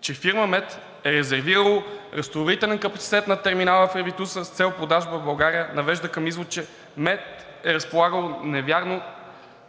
че фирма МЕТ е резервирала разтоварителен капацитет на терминала в Ревитуса с цел продажба в България и навежда към извод, че МЕТ е разполагала навярно